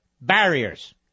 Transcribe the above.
barriers